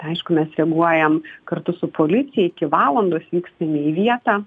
aišku mes reaguojam kartu su policija iki valandos vykstame į vietą